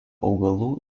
augalų